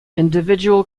individual